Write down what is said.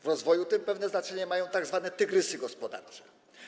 W rozwoju tym pewne znaczenie mają tzw. tygrysy gospodarcze.